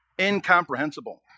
incomprehensible